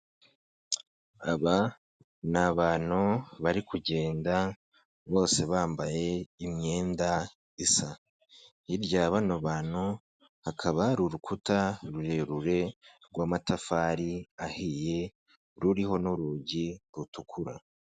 Aba ni abantu bari kugenda, bose bambaye imyenda isa. Hirya ya bano bantu hakaba hari urukuta rurerure rw'amatafari ahiye, ruriho n'urugi rutukura.